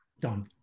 Done